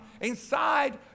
inside